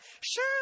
sure